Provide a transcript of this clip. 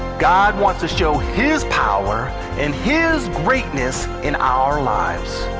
god wants to show his power and his greatness in our lives.